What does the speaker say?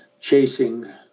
chasing